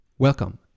Welcome